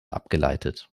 abgeleitet